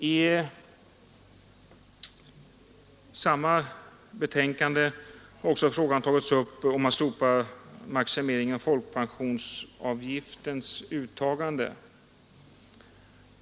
I samma betänkande har frågan om ett slopande av maximeringen av folkpensionsavgiften tagits upp.